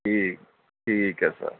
ਠੀਕ ਠੀਕ ਹੈ ਸਰ